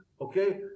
okay